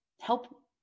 help